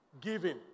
giving